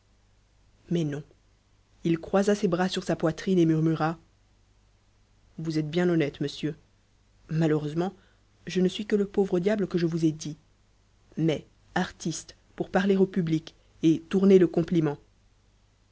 mais non il croisa ses bras sur sa poitrine et murmura vous êtes bien honnête monsieur malheureusement je ne suis que le pauvre diable que je vous ait dit mai artiste pour parler au public et tourner le compliment